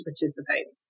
participating